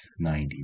90